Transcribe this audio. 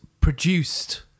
produced